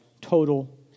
total